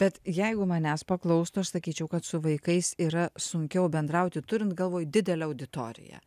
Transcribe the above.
bet jeigu manęs paklaustų aš sakyčiau kad su vaikais yra sunkiau bendrauti turint galvoj didelę auditoriją